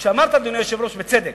כשאמרת, אדוני היושב-ראש, בצדק,